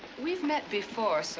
we've met before, so